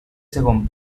segon